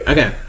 Okay